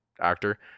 actor